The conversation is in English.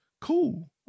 Cool